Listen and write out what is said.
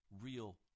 real